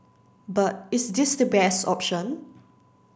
but is this the best option